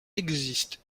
existe